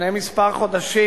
לפני חודשים